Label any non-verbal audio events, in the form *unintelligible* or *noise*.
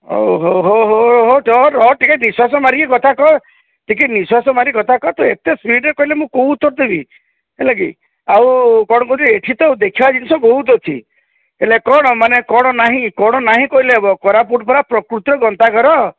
ହଉ ହଉ ହଉ *unintelligible* ରହ ଟିକେ ନିଃଶ୍ୱାସ ମାରିକି କଥା କହ ଟିକେ ନିଃଶ୍ୱାସ ମାରିକି କଥା କହ ତୁ ଏତେ ସ୍ପିଡ଼୍ରେ କହିଲେ ମୁଁ କେଉଁ ଉତ୍ତର ଦେବି ହେଲାକି ଆଉ ବଡ଼ ବଡ଼ି ଏଠି ତ ଦେଖିବା ଜିନିଷ ବହୁତ ଅଛି ହେଲେ କ'ଣ ମାନେ କ'ଣ ନାହିଁ ନାହିଁ କହିଲେ ହେବ କୋରାପୁଟ ପରା ପ୍ରକୃତିର ଗନ୍ତାଘର